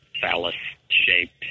phallus-shaped